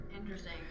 Interesting